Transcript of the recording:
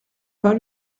pas